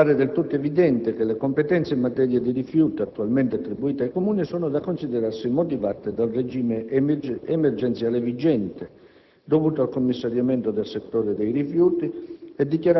Appare del tutto evidente che le competenze in materia di rifiuti, attualmente attribuite ai Comuni, sono da considerarsi motivate dal regime emergenziale vigente, dovuto al commissariamento del settore dei rifiuti